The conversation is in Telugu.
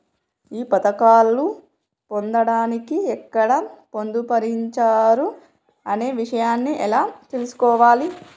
ఈ పథకాలు పొందడానికి ఎక్కడ పొందుపరిచారు అనే విషయాన్ని ఎలా తెలుసుకోవాలి?